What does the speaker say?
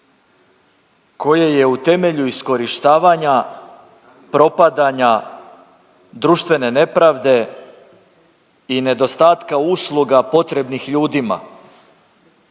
koje je u temelju iskorištavanja, propadanja društvene nepravde i nedostatka usluga potrebnih ljudima,